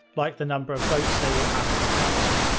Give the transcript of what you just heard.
like the number of votes they will have on the council.